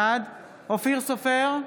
בעד אופיר סופר,